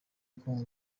kongo